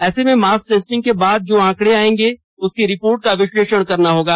ऐसे में mass testing के बाद जो आंकडे आएंगे उसकी रिपोर्ट का विश्लेषण करना होगा